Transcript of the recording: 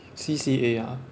C_C_A ah